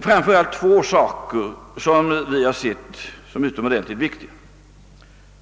Framför allt är det två uppgifter som vi har sett som utomordentligt viktiga: